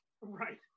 Right